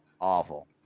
Awful